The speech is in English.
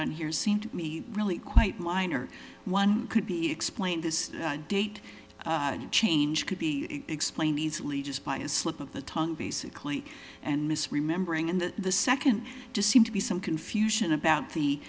on here seem to me really quite minor one could be explained this date change could be explained easily just by a slip of the tongue basically and misremembering and the second just seemed to be some confusion about